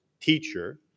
teacher